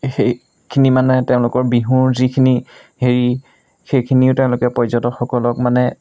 সেইখিনি মানে তেওঁলোকৰ বিহুৰ যিখিনি হেৰি সেইখিনিও তেওঁলোকে পৰ্যটকসকলক মানে